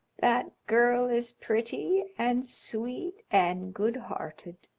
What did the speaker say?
that girl is pretty and sweet and goodhearted,